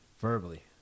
Verbally